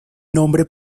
nombre